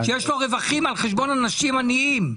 שיש לו רווחים על חשבון אנשים עניים.